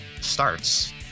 starts